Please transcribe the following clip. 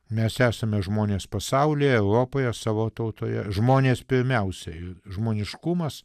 mes esame žmonės pasaulyje europoje savo tautoje žmonės pirmiausiai žmoniškumas